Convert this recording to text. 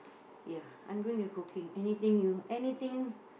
ya I'm doing a cooking anything you anything